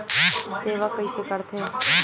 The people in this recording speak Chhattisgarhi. सेवा कइसे करथे?